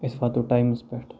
أسۍ واتو ٹایمَس پٮ۪ٹھ